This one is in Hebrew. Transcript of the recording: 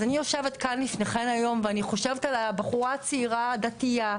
אז אני יושבת בפניכן היום ואני חושבת על הבחורה הצעירה הדתייה,